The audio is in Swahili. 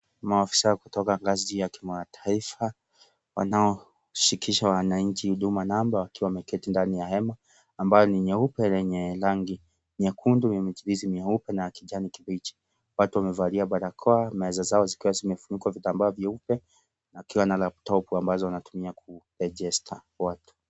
Maafisa kutoka ngazi ya kimataifa wanaoshikisha wananchi Huduma namba, wakiwa wameketi ndani ya hema ambayo ni nyeupe lenye rangi nyekundu, nyeupe na kijani kibichi. Watu wamevalia barakoa, meza zao zikiwa zimefungwa vitambaa vyeupe wakiwa na laptop ambazo wanatumia Ku register watu.